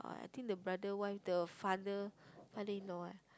but I think the brother wife the father father-in-law eh